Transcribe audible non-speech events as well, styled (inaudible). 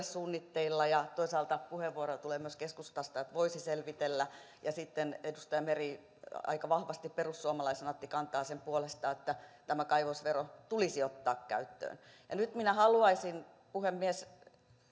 (unintelligible) suunnitteilla ja toisaalta puheenvuoroja tulee myös keskustasta että voisi selvitellä sitten edustaja meri perussuomalaisena aika vahvasti otti kantaa sen puolesta että tämä kaivosvero tulisi ottaa käyttöön nyt minä haluaisin puhemies